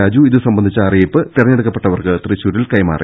രാജു ഇതു സംബ ന്ധിച്ച അറിയിപ്പ് തെരഞ്ഞെടുക്കപ്പെട്ടവർക്ക് തൃശൂരിൽ കൈമാ റി